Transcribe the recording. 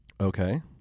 okay